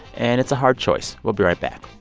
and it's a hard choice. we'll be right back